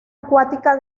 acuática